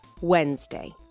Wednesday